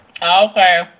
Okay